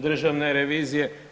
Državne revizije.